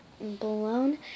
blown